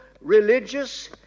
religious